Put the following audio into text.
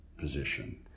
position